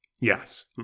Yes